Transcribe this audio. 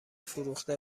فروخته